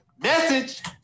Message